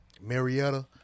Marietta